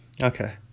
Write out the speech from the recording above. Okay